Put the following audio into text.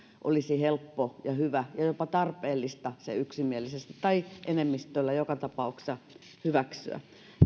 olisi helppo ja hyvä ja jopa tarpeellista se yksimielisesti tai enemmistöllä joka tapauksessa hyväksyä